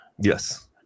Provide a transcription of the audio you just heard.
Yes